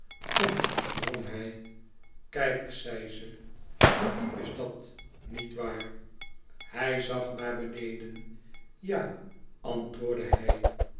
drong hij kijk zei ze hoe diep is dat nietwaar hij zag naar beneden ja antwoordde hij